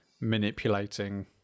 manipulating